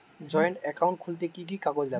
Joint account খুলতে কি কি কাগজ লাগবে?